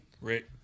Rick